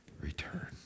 return